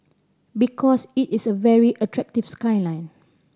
because it is a very attractive skyline